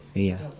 really ah